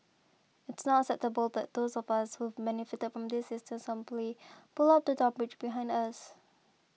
it's not acceptable that those of us who've benefited from this system simply pull up the drawbridge behind us